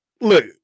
look